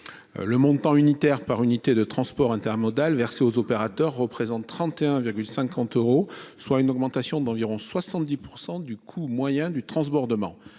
Le montant unitaire par unité de transport intermodal versé aux opérateurs représente 31,50 euros, soit un accompagnement d'environ 70 % du coût moyen de transbordement.